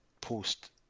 post